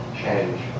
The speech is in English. change